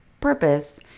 purpose